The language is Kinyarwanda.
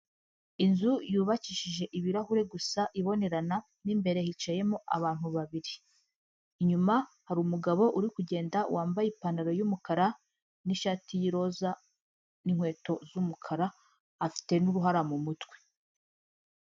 Inzu yubakishije ibirahure gusa ibonerana mo imbere hicayemo abantu babiri, inyuma hari umugabo uri kugenda wambaye ipantaro y'umukara, n'ishati y'iroza, n'inkweto z'umukara afite n'uruhara mu mutwe.